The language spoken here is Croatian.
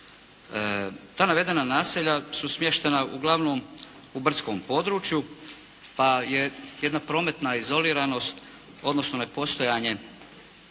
Ta navedena naselja su smještena uglavnom u brdskom području pa je jedna prometna izoliranost, odnosno nepostojanje